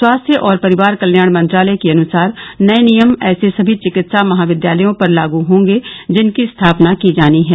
स्वास्थ्य और परिवार कल्याण मंत्रालय के अनुसार नए नियम ऐसे सभी चिकित्सा महाविद्यालयों पर लागू होंगे जिनकी स्थापना की जानी है